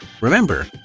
Remember